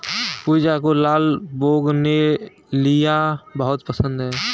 पूजा को लाल बोगनवेलिया बहुत पसंद है